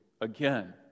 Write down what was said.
again